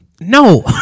No